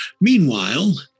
Meanwhile